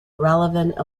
relevant